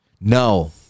No